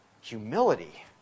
humility